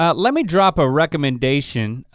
ah let me drop a recommendation.